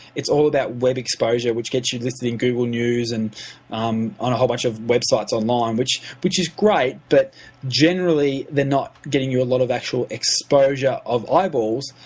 it's all about web exposure which gets you listed in google news and um on a whole bunch of websites online, which which is great. but generally, they're not getting you a lot of actual exposure of eyeballs,